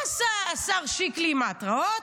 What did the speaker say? מה עשה השר שיקלי עם ההתרעות?